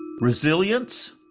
Resilience